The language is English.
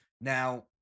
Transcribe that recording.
now